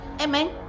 Amen